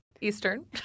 Eastern